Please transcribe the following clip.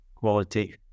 Quality